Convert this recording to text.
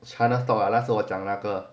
china stock lah last 那时我讲那个